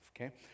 Okay